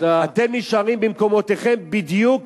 אתם נשארים במקומותיכם בדיוק